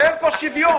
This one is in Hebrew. הרי אין כאן שוויון.